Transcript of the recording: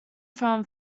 from